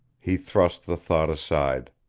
he thrust the thought aside.